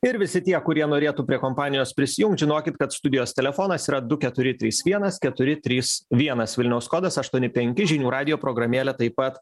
ir visi tie kurie norėtų prie kompanijos prisijungt žinokit kad studijos telefonas yra du keturi trys vienas keturi trys vienas vilniaus kodas aštuoni penki žinių radijo programėlė taip pat